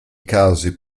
casi